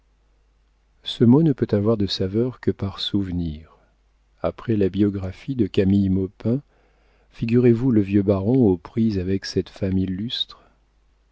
ce mot ne peut avoir de saveur que par souvenir après la biographie de camille maupin figurez-vous le vieux baron aux prises avec cette femme illustre